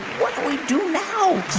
what do we do now?